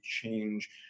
change